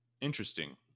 Interesting